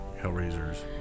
Hellraisers